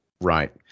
Right